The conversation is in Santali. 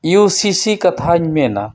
ᱤᱭᱩ ᱥᱤ ᱥᱤ ᱠᱟᱛᱷᱟᱧ ᱢᱮᱱᱟ